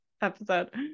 episode